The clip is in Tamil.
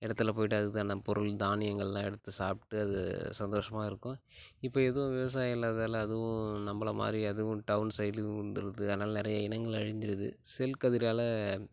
இடத்துல போய்ட்டு அதுக்கு தகுந்த பொருள் தானியங்கள்லாம் எடுத்து சாப்பிட்டு அது சந்தோஷமாக இருக்கும் இப்போ எதுவும் விவசாயம் இல்லாதால் அதுவும் நம்மள மாதிரி அதுவும் டவுன் சைடுக்கு வந்துடுது அதனால் நிறையா இனங்கள் அழிந்துடுது செல் கதிரால்